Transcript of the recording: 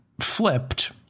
flipped